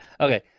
Okay